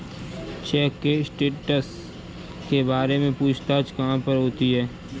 Check के status के बारे में पूछताछ कहाँ पर होती है?